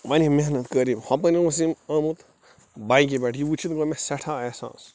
واریاہ محنت کٲری ہُپٲرۍ اوس یِم آمُت بایکہِ پیٚٹھ یہِ ؤچھِتھ گوٚو مےٚ سیٚٹھاہ احساس